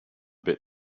bit